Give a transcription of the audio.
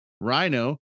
Rhino